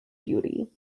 beauty